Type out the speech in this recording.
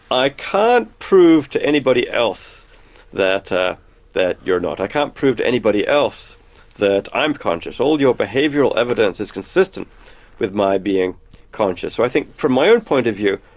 i can't prove to anybody else that ah that you're not. i can't prove to anybody else that i'm conscious. all your behavioural evidence is consistent with my being conscious. so i think from my own point of view,